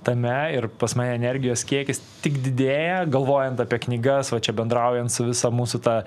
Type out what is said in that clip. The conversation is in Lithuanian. tame ir pas mane energijos kiekis tik didėja galvojant apie knygas va čia bendraujant su visa mūsų ta